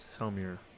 Helmir